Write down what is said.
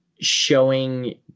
showing